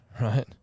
right